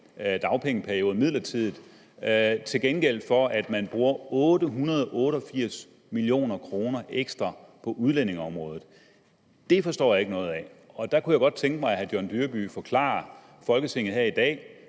dagpengeperioden midlertidigt, til gengæld for at man på den anden side bruger 888 mio. kr. ekstra på udlændingeområdet. Det forstår jeg ikke noget af. Der kunne jeg godt tænke mig, at hr. John Dyrby Paulsen forklarer Folketinget i dag: